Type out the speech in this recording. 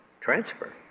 transfer